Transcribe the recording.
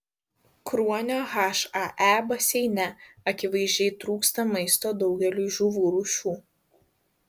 kruonio hae baseine akivaizdžiai trūksta maisto daugeliui žuvų rūšių